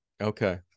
Okay